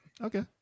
Okay